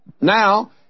Now